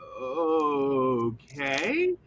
okay